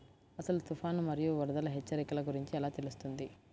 అసలు తుఫాను మరియు వరదల హెచ్చరికల గురించి ఎలా తెలుస్తుంది?